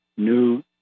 new